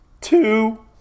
two